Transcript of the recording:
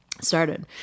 started